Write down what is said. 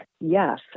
yes